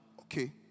Okay